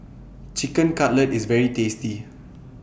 Chicken Cutlet IS very tasty